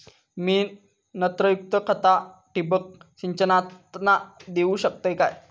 मी नत्रयुक्त खता ठिबक सिंचनातना देऊ शकतय काय?